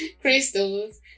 crystals